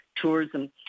tourism